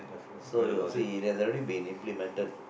so you see there's a really be implemented